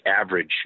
average